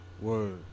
Word